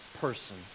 person